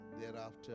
thereafter